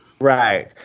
right